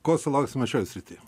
ko sulauksime šioj srityje